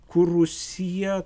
kur rusija